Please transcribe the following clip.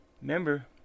remember